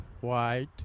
white